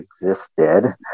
existed